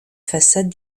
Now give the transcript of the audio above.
façades